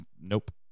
Nope